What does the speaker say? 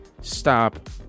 stop